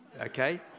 okay